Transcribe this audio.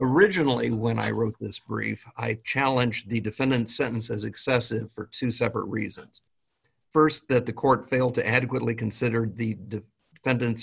originally when i wrote this brief i challenge the defendants sentence as excessive for two separate reasons first that the court failed to adequately consider the defendant